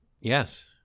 Yes